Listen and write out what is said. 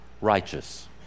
righteous